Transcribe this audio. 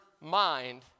mind